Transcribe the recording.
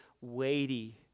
weighty